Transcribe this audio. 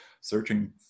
searching